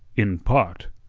in part,